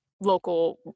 local